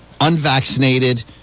Unvaccinated